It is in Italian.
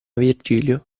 virgilio